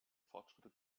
fortschritte